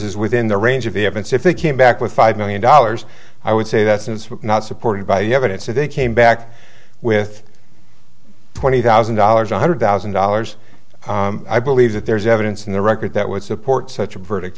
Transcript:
is within the range of the evidence if they came back with five million dollars i would say that since we're not supported by evidence they came back with twenty thousand dollars one hundred thousand dollars i believe that there's evidence in the record that would support such a verdict